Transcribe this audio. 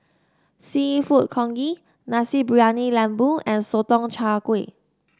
seafood congee Nasi Briyani Lembu and Sotong Char Kway